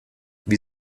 wie